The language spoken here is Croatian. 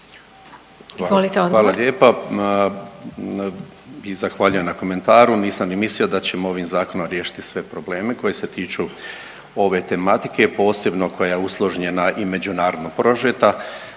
Zdravko** Hvala lijepa i zahvaljujem na komentaru. Nisam ni mislio da ćemo ovim zakonom riješiti sve probleme koji se tiču ove tematike, posebno koja je usložnjena i međunarodno prožeta.